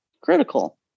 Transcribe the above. critical